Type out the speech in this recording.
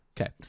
Okay